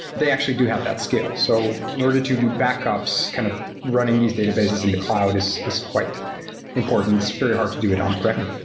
they actually do have that scale. so in order to do backups, kind of running these databases in the cloud is is quite important. it's very hard to do it on-prem.